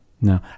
No